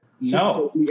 No